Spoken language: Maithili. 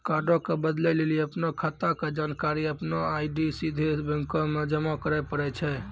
कार्डो के बदलै लेली अपनो खाता के जानकारी अपनो आई.डी साथे बैंको मे जमा करै पड़ै छै